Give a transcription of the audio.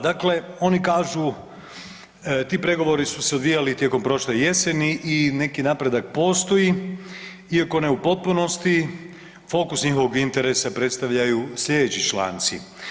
Dakle, oni kažu ti pregovori su se odvijali tijekom prošle jeseni i neki napredak postoji iako ne u potpunosti fokus njihovog predstavljaju slijedeći članci.